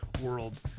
world